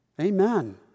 Amen